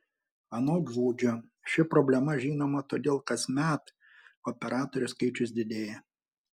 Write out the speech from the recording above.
anot žudžio ši problema žinoma todėl kasmet operatorių skaičius didėja